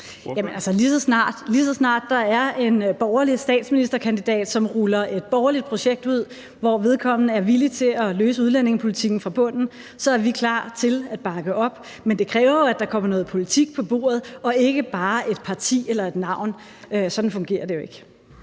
Lige så snart der er en borgerlig statsministerkandidat, som ruller et borgerligt projekt ud, hvor vedkommende er villig til at løse udlændingepolitikken fra bunden, så er vi klar til at bakke op. Men det kræver jo, at der kommer noget politik på bordet og ikke bare et parti eller et navn. Sådan fungerer det jo ikke.